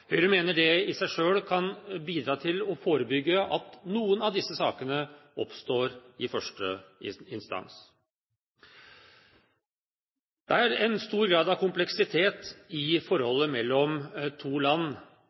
Høyre mener det i seg selv kan bidra til å forebygge at noen av disse sakene oppstår i første instans. Det er en stor grad av kompleksitet i forholdet mellom to land